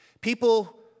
People